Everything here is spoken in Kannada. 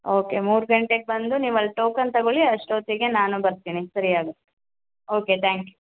ಓಕೆ ಮೂರು ಗಂಟೆಗೆ ಬಂದು ನೀವು ಅಲ್ಲಿ ಟೋಕನ್ ತಗೊಳ್ಳಿ ಅಷ್ಟೊತ್ತಿಗೆ ನಾನು ಬರ್ತೀನಿ ಸರಿಯಾಗುತ್ತೆ ಓಕೆ ತ್ಯಾಂಕ್ ಯು